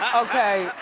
ah okay?